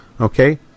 Okay